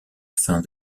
fin